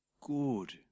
good